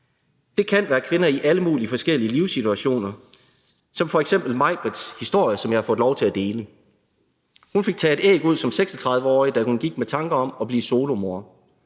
Det kan være kvinder i alle mulige forskellige livssituationer som f.eks. Majbritts historie, som jeg har fået lov til at dele. Hun fik taget æg ud som 36-årig, da hun gik med tanker om at blive solomor.